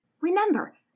Remember